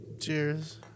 Cheers